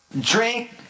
drink